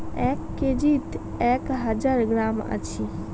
এক কেজিত এক হাজার গ্রাম আছি